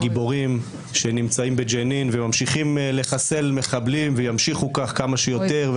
גיבורים שנמצאים בג'נין וממשיכים לחסל מחבלים וימשיכו כך כמה שיותר,